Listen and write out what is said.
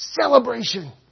celebration